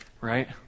right